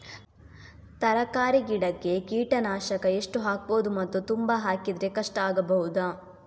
ತರಕಾರಿ ಗಿಡಕ್ಕೆ ಕೀಟನಾಶಕ ಎಷ್ಟು ಹಾಕ್ಬೋದು ಮತ್ತು ತುಂಬಾ ಹಾಕಿದ್ರೆ ಕಷ್ಟ ಆಗಬಹುದ?